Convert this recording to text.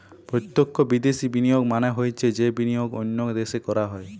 প্রত্যক্ষ বিদ্যাশি বিনিয়োগ মানে হৈছে যেই বিনিয়োগ অন্য দেশে করা হয়